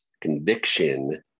conviction